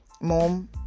Mom